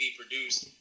produced